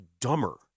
dumber